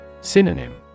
Synonym